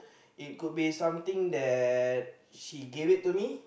it could be something that she gave it to me